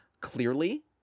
Clearly